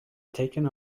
taken